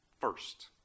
first